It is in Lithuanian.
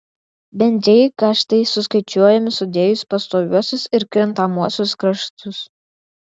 bendrieji kaštai suskaičiuojami sudėjus pastoviuosius ir kintamuosius kaštus